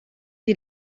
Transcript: die